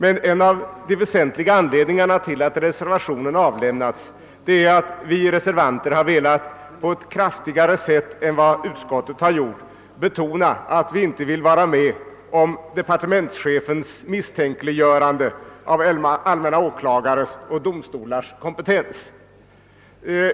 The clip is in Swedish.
En av de väsentliga anledningarna till att den avgivits är att vi reservanter har velat på ett kraftigare sätt än utskottet betona, att vi inte vill vara med om departementschefens misstänkliggörande av allmänna åklagares och domstolars kompetens.